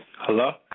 Hello